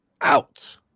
out